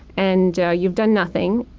and you've done nothing.